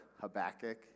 Habakkuk